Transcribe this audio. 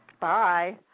Bye